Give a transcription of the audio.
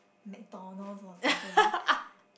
McDonalds or something